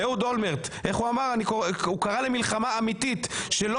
אהוד אולמרט קרא למלחמה אמיתית שלא